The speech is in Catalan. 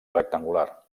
rectangular